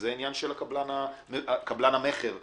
זה עניין של קבלן המכר לבצע.